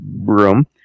room